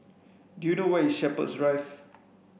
do you know where is Shepherds Drive